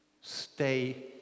Stay